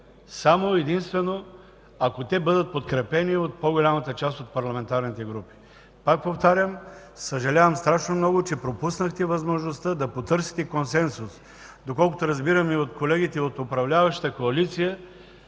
само и единствено ако бъдат подкрепени от по-голямата част от парламентарните групи. Пак повтарям, съжалявам страшно много, че пропуснахте възможността да потърсите консенсус. Доколкото разбирам от колегите от управляващата коалиция,